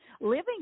Living